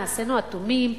נעשינו אטומים,